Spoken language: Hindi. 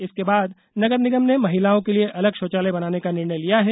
इसके बाद नगर निगम ने महिलाओं के लिए अलग षौचालय बनाने का निर्णय लिया है